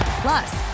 Plus